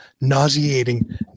nauseating